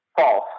False